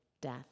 death